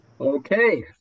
Okay